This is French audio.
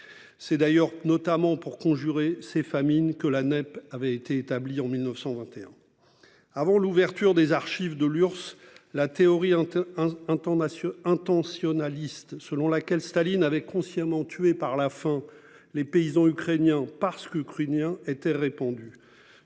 C'est d'ailleurs notamment pour conjurer ses famines que la NEP avait été établie en 1921. Avant l'ouverture des archives de l'URSS la théorie. Intonations intentionnalité selon laquelle Staline avait consciemment tué par la fin. Les paysans ukrainiens parce qu'ukrainien était répandue